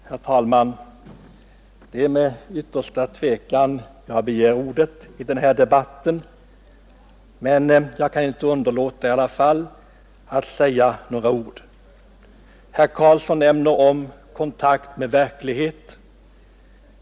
Herr talman! Det är med yttersta tvekan jag begär ordet i denna debatt, men jag kan i alla fall inte underlåta att säga några ord. Herr Karlsson i Huskvarna talar om kontakt med verkligheten.